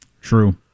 True